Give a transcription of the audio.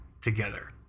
together